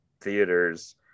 theaters